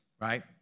right